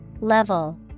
Level